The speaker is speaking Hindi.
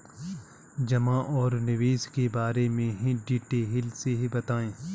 जमा और निवेश के बारे में डिटेल से बताएँ?